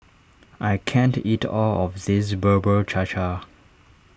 I can't eat all of this Bubur Cha Cha